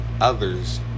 others